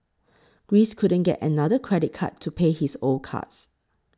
Greece couldn't get another credit card to pay his old cards